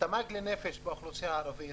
התמ"ג לנפש באוכלוסייה הערבית